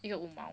一个五毛